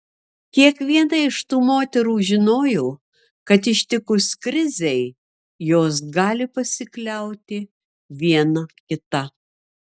kiekviena iš tų moterų žinojo kad ištikus krizei jos gali pasikliauti viena kita